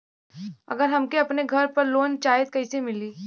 अगर हमके अपने घर पर लोंन चाहीत कईसे मिली?